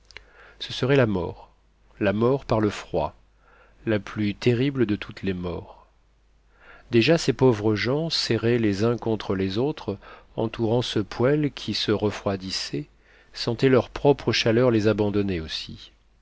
ce serait la mort la mort par le froid la plus terrible de toutes les morts déjà ces pauvres gens serrés les uns contre les autres entourant ce poêle qui se refroidissait sentaient leur propre chaleur les abandonner aussi